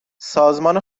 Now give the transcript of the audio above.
سازمان